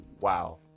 wow